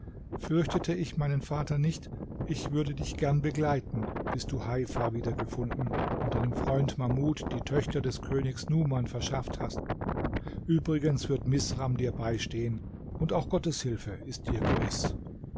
fürchtete ich meinen vater nicht ich würde dich gern begleiten bis du heifa wiedergefunden und deinem freund mahmud die töchter des königs numan verschafft hast übrigens wird misram dir beistehen und auch gottes hilfe ist dir gewiß